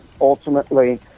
ultimately